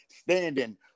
standing